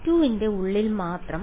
V2 ന്റെ ഉള്ളിൽ മാത്രം